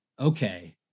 Okay